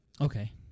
Okay